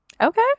Okay